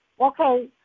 okay